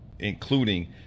including